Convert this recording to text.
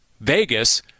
Vegas